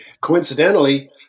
Coincidentally